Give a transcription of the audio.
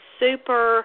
super